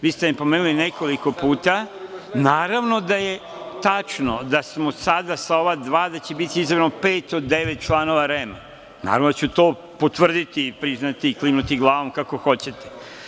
Vi ste me pomenuli nekoliko puta, naravno da je tačno da smo sada sa ova dva, da će biti izabrano 5 od 9 članova REM, naravno da ću to potvrditi, klimati glavom i kako hoćete.